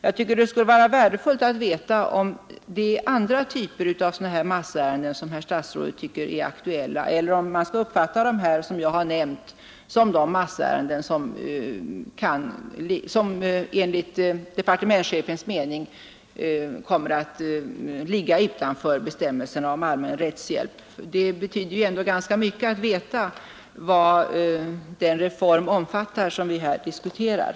Det vore värdefullt att få veta om statsrådet tycker att även andra typer av massärenden är aktuella eller om man skall uppfatta dem jag nämnt som sådana som enligt departementschefens mening kommer att ligga utanför bestämmelserna om allmän rättshjälp. Det skulle vara betydelsefullt att veta vad den reform omfattar som vi här diskuterar.